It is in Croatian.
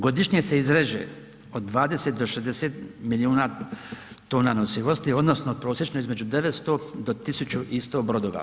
Godišnje se izreže od 20 do 60 milijuna tona nosivosti, odnosno prosječno između 900 do 1100 brodova.